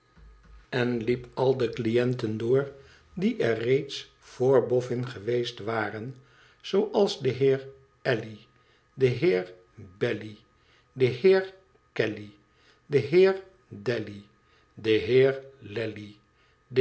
en liep id de cliënten door die er reeds vr bofün geweest varen zooals de heer alley de heer balley de heer calley de heer dalley de heer lalley de heer